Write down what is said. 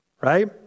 right